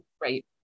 Right